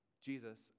Jesus